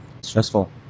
Stressful